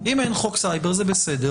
אם אין חוק סייבר זה בסדר,